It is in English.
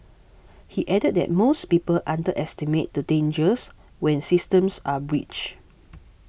he added that most people underestimate the dangers when systems are breached